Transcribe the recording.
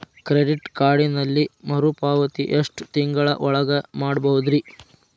Credit ಕಾರ್ಡಿನಲ್ಲಿ ಮರುಪಾವತಿ ಎಷ್ಟು ತಿಂಗಳ ಒಳಗ ಮಾಡಬಹುದ್ರಿ?